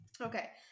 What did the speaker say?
Okay